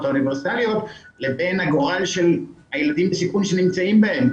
האוניברסליות לבין הגורל של הילדים בסיכון שנמצאים בהם,